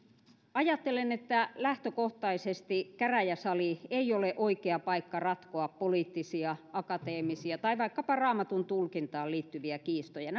ajattelen että lähtökohtaisesti käräjäsali ei ole oikea paikka ratkoa poliittisia akateemisia tai vaikkapa raamatun tulkintaan liittyviä kiistoja